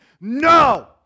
no